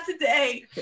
today